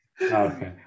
Okay